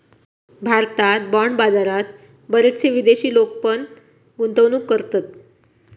भारतात बाँड बाजारात बरेचशे विदेशी लोक पण गुंतवणूक करतत